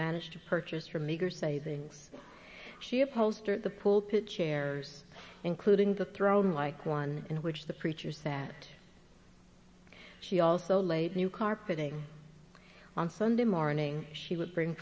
managed to purchase from nigger savings she a poster the pulpit chairs including the throne like one in which the preachers that she also laid new carpeting on sunday morning she would bring